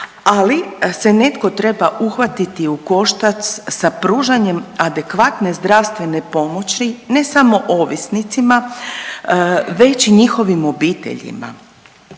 ali se netko treba uhvatiti u koštac sa pružanjem adekvatne zdravstvene pomoći ne samo ovisnicima već i njihovim obiteljima.